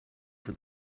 for